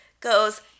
goes